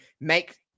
make